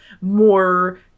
more